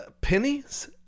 Pennies